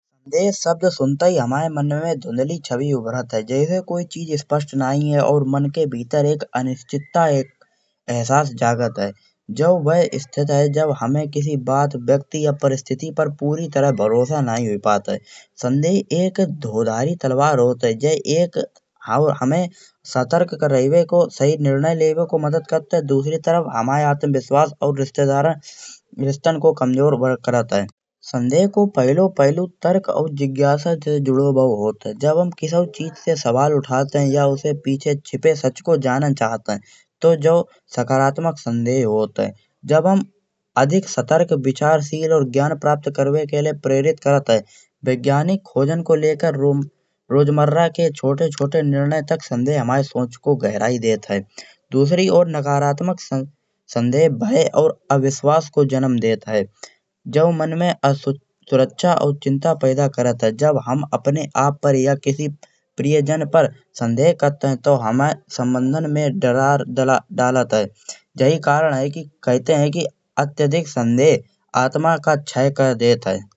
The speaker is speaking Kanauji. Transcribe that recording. शब्द सुनते ही हमाए मन में धुंधली छवि उभरत है। जैसे कोई चीज़ स्पष्ट नई है और मन के भीतर एक अनिश्चिता एक एहसास जागत है। जो वह स्थिति है जब हुमें किसी बात व्यक्ति या परिस्थिति पर पूरी तरह भरोसा नई होय पात है। संदेह एक दोधारी तलवार होत है जे एक हुमें सतर्क करावे को सही निर्णय लेवे को मदद करत है। दूसरी तरफ हमाए आत्मविश्वास और रिश्तेदारन रिश्तन को कमजोर करत है। संदेह को पहले पहले तर्क और जिज्ञासा से जुड़ो भाव होत है। जब हम किसी चीज़ से सवाल उठत है या उसे पीछे छुपे सच को जानन चाहत है, तो जो सकारात्मक संदेह होत है। जब हम अधिक सतर्क विचारशील और ज्ञान प्राप्त करवे के लाय प्रेरित करत है। वैज्ञानिक खोजन को लेकर रोज रोज़मर्रा के छोटे छोटे निर्णय तक संदेह हमाए सोच को गहराई देत है। दुसरी ओर नकारात्मक संदेह और अविश्वास को जनम देत है, जो मन में असुरक्षा और चिंता पैदा करत है। जब हम अपने आप पर या किसी प्रियजन पर संदेह करत है, तो हुमें संबंधन में दरार डालत है। यही कारण है कि कहते है अत्यधिक संदेह आत्मा का चय्य कर देत है।